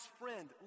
friend